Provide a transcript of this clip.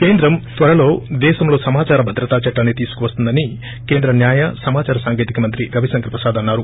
కేంద్రం త్వరలో దేశంలో సమాచార భద్రత చట్టాన్ని తీసుకువస్తుందని కేంద్ర న్యాయ సమాచార సాంకేతిక మంత్రి రవిశంకర్ ప్రసాద్ అన్నారు